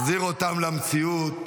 הוא מחזיר אותם למציאות.